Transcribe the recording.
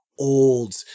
old